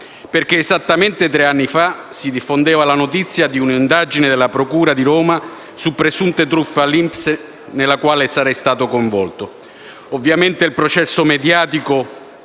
anni. Esattamente tre anni fa si diffondeva, infatti, la notizia di un'indagine della procura di Roma su presunte truffe all'INPS nella quale sarei stato coinvolto. Ovviamente il processo mediatico